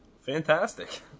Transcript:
Fantastic